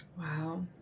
Wow